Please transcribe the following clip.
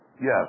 Yes